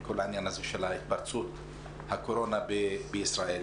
כל עניין התפרצות הקורונה בישראל.